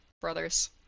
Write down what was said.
brothers